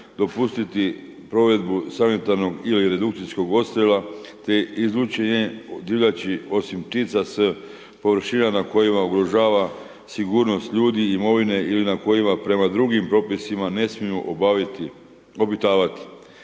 dopustiti provedbi sanitarnog ili redukcijskog odstrela te izlučenje divljači osim ptica s površina na kojima ugrožava sigurnost ljudi, imovine ili na kojima prema drugim propisima ne smiju obitavati,